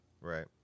Right